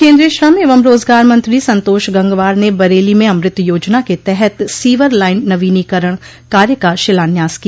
केन्द्रीय श्रम एवं रोजगार मंत्री संतोष गंगवार ने बरेली में अमृत योजना के तहत सीवर लाइन नवीनीकरण कार्य का शिलान्यास किया